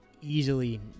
easily